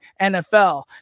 NFL